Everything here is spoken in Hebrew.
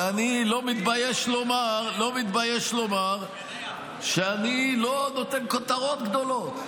ואני לא מתבייש לומר שאני לא נותן כותרות גדולות,